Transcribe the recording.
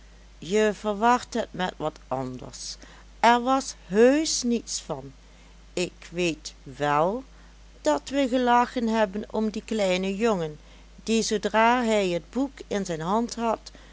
je verwart het met wat anders er was heusch niets van ik weet wel dat we gelachen hebben om dien kleinen jongen die zoodra hij het boek in zijn hand had